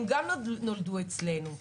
הם גם נולדו אצלנו,